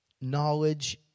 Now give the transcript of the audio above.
knowledge